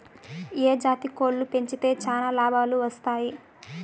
ఏ జాతి కోళ్లు పెంచితే చానా లాభాలు వస్తాయి?